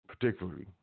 Particularly